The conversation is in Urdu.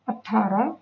اٹھارہ